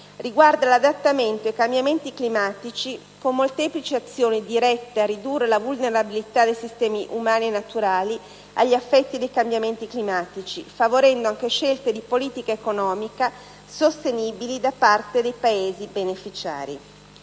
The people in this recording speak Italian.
riguarda l'adattamento ai cambiamenti climatici con molteplici azioni dirette a ridurre la vulnerabilità dei sistemi umani e naturali agli effetti dei cambiamenti climatici, favorendo anche scelte di politica economica sostenibili da parte dei Paesi beneficiari.